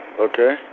Okay